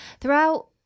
Throughout